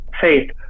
faith